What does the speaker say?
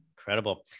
Incredible